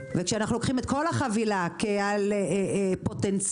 וכשאנחנו לוקחים את כל החבילה כעל פוטנציאל,